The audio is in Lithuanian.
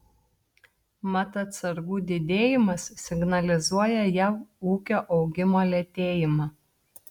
mat atsargų didėjimas signalizuoja jav ūkio augimo lėtėjimą